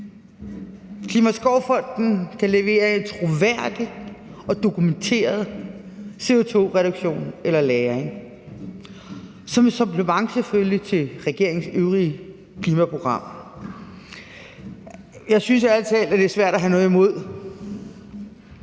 Klimaskovfonden kan levere en troværdig og dokumenteret CO2-reduktion eller lagring, selvfølgelig som et supplement til regeringens øvrige klimaprogram. Jeg synes ærlig talt, det er svært at have noget imod